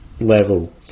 level